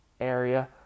area